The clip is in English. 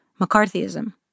McCarthyism